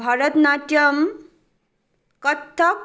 Bharat Natyam Kathak